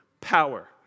power